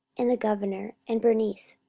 and the governor, and bernice,